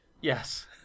yes